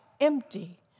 empty